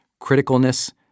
criticalness